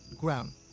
ground